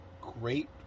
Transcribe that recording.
great